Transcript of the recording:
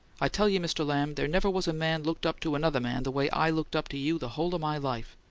i tell you, mr. lamb, there never was a man looked up to another man the way i looked up to you the whole o' my life,